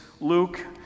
Luke